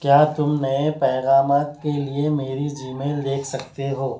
کیا تم نئے پیغامات کے لئے میری جی میل دیکھ سکتے ہو